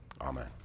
Amen